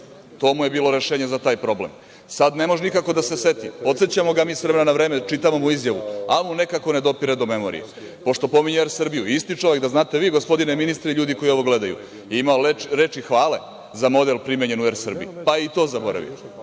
to mu je bilo rešenje za taj problem. Sada ne može nikako da se seti. Podsećamo ga mi, s vremena na vreme, čitamo mu izjavu, ali nekako mu ne dopire do memorije. Pošto pominje „Er Srbiju“, isti čovek, da znate vi, gospodine ministre i ljudi koji ovo gledaju, ima li reči hvale za model primenjen u „Er Srbiji“, pa je i to zaboravio?